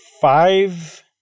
five